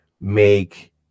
make